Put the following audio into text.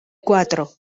cuatro